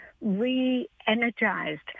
re-energized